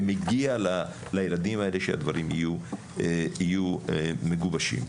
ומגיע לילדים האלה שהדברים יהיו מגובשים.